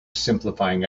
simplifying